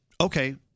okay